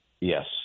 Yes